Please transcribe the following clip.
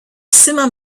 simum